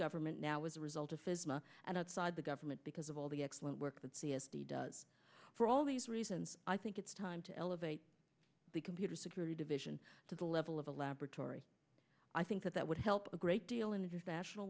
government now as a result of his ma and outside the government because of all the excellent work that c s d does for all these reasons i think it's time to elevate the computer security division to the level of a laboratory i think that would help a great deal in international